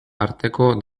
arteko